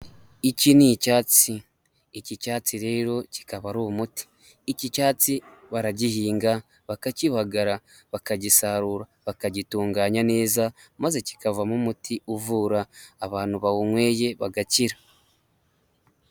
Iki ni icyatsi, iki cyatsi rero kikaba ari umuti. Iki cyatsi baragihinga, bakakibagara, bakagisarura, bakagitunganya neza, maze kikavamo umuti uvura, abantu bawunyweye bagakira.